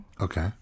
Okay